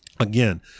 Again